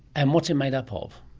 and what's it made up of?